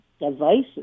devices